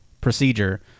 procedure